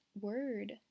word